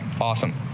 awesome